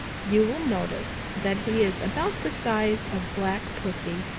you will notice that he is about the size of black pussy,